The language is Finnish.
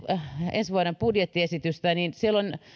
ensi vuoden budjettiesitystä niin